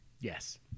yes